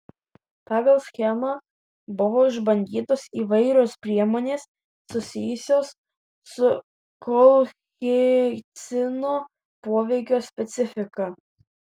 pagal schemą buvo išbandytos įvairios priemonės susijusios su kolchicino poveikio specifika